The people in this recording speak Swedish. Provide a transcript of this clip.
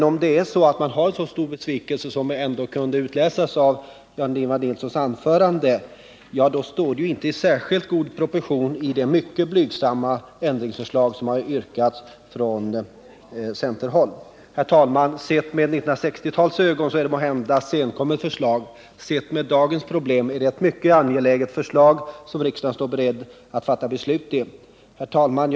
Om man känner så stor besvikelse som vi kunde utläsa av Jan-Ivan Nilssons anförande, står inte det mycket blygsamma ändringsförslag som framlagts från centerhåll i särskilt god proportion till det. Herr talman! Sett med 1960-talets ögon är det här måhända ett senkommet förslag. Sett mot bakgrund av dagens problem är det ett mycket angeläget förslag som riksdagen står beredd att fatta beslut om. Herr talman!